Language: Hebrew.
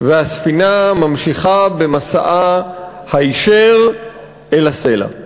והספינה ממשיכה במסעה היישר אל הסלע.